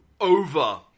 over